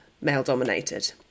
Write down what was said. male-dominated